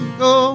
go